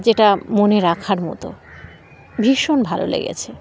যেটা মনে রাখার মতো ভীষণ ভালো লেগেছে